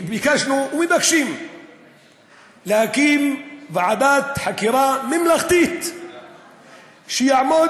ביקשנו ומבקשים להקים ועדת חקירה ממלכתית שיעמוד